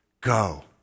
go